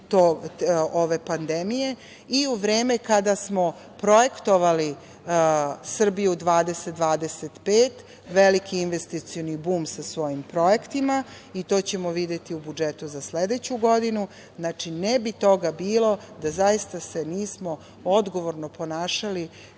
ove pandemije i u vreme kada smo projektovali Srbiju 2025, veliki investicioni bum sa svojim projektima i to ćemo videti u budžetu za sledeću godinu. Znači, ne bi toga bilo da zaista se nismo odgovorno ponašali